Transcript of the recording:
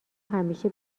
همیشه